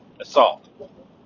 assault